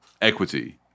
equity